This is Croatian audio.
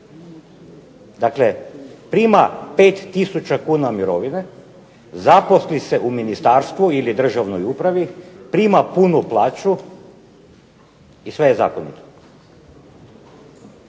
Dakle, prima 5000 kuna mirovine, zaposli se u ministarstvu ili državnoj upravi, prima punu plaću i sve je zakonito.